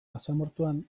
basamortuan